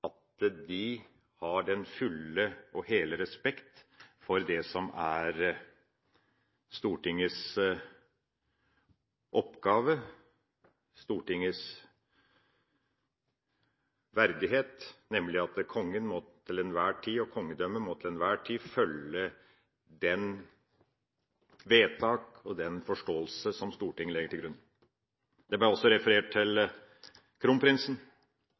at de har den fulle og hele respekt for det som er Stortingets oppgave og Stortingets verdighet, nemlig at kongen og kongedømmet til enhver tid må følge de vedtak og den forståelse som Stortinget legger til grunn. Det ble også referert til